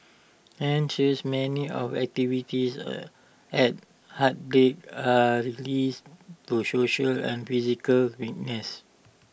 hence many of the activities A at heartbeat are related to social and physical wellness